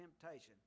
temptation